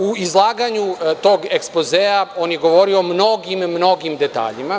U izlaganju tog ekspozea, on je govorio o mnogim, mnogim detaljima.